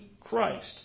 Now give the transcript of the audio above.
Christ